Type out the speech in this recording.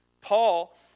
Paul